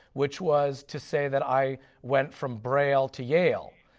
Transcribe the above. which was to say that i went from braille to yale.